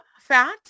fat